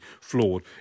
flawed